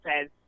says